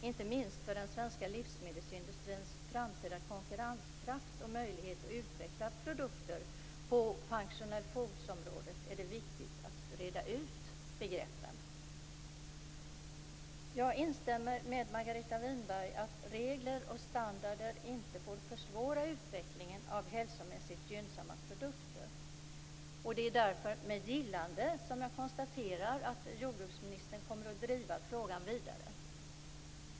Inte minst för den svenska livsmedelsindustrins framtida konkurrenskraft och möjlighet att utveckla produkter på funcional foodsområdet är det viktigt att reda ut begreppen. Jag instämmer med Margareta Winberg i att regler och standarder inte får försvåra utvecklingen av hälsomässigt gynnsamma produkter. Det är därför med gillande som jag konstaterar att jordbruksministern kommer att driva frågan vidare.